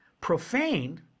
Profane